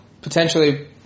potentially